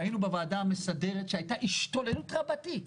ראינו בוועדה המסדרת שהייתה השתוללות רבתי.